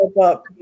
up